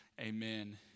amen